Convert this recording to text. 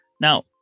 Now